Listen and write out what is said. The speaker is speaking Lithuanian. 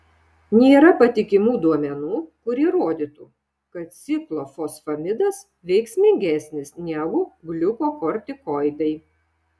nėra patikimų duomenų kurie rodytų kad ciklofosfamidas veiksmingesnis negu gliukokortikoidai